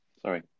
Sorry